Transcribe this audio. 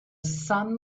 sun